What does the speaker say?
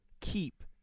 keep